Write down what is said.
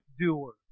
doer